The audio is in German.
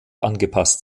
angepasst